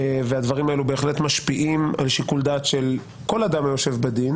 והדברים האלה בהחלט משפיעים על שיקול דעת של כל אדם היושב בדין